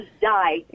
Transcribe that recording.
die